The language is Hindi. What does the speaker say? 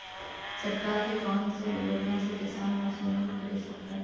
सरकार की कौन सी योजना से किसान मशीनों को खरीद सकता है?